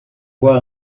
voir